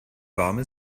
warme